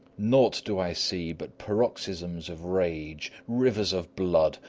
naught do i see but paroxysms of rage, rivers of blood,